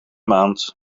maand